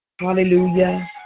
Hallelujah